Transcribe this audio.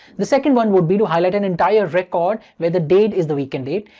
the second one would be to highlight an entire record where the date is the weekend date.